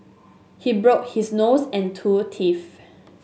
he broke his nose and two teeth